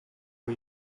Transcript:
con